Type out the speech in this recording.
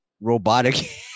robotic